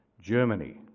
Germany